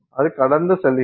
அது கடந்து செல்கிறது